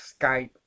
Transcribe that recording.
Skype